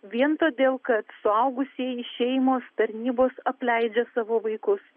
vien todėl kad suaugusieji šeimos tarnybos apleidžia savo vaikus